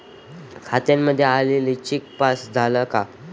खात्यामध्ये आलेला cheque pass झाला का?